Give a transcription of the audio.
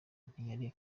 ntiyari